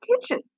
kitchen